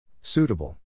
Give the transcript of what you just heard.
Suitable